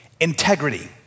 integrity